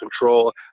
control